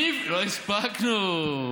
לא הספקנו?